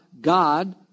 God